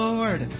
Lord